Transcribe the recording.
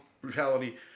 brutality